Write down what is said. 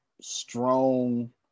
strong